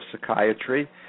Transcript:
psychiatry